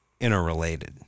interrelated